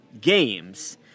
games